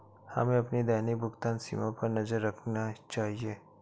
हमें अपनी दैनिक भुगतान सीमा पर नज़र रखनी चाहिए